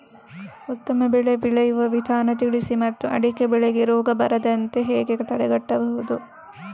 ಉತ್ತಮ ಬೆಳೆ ಬೆಳೆಯುವ ವಿಧಾನ ತಿಳಿಸಿ ಮತ್ತು ಅಡಿಕೆ ಬೆಳೆಗೆ ರೋಗ ಬರದಂತೆ ಹೇಗೆ ತಡೆಗಟ್ಟಬಹುದು?